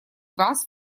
вас